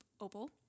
Opal